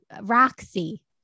Roxy